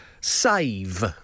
Save